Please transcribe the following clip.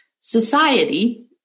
Society